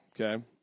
Okay